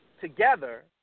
Together